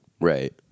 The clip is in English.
Right